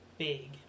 big